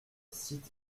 cite